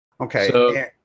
Okay